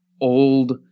old